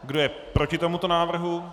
Kdo je proti tomuto návrhu?